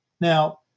Now